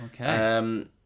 Okay